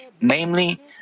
namely